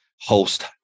host